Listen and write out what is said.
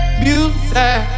music